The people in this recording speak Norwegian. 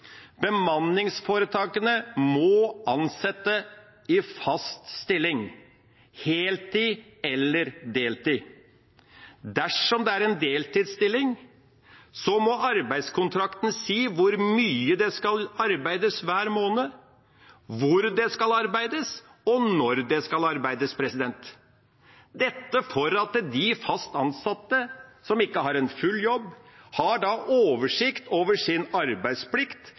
Bemanningsforetakene må ansette i fast stilling – heltid eller deltid. Dersom det er en deltidsstilling, må arbeidskontrakten si hvor mye det skal arbeides hver måned, hvor det skal arbeides, og når det skal arbeides – dette for at de fast ansatte som ikke har full jobb, da har oversikt over sin arbeidsplikt,